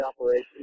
operation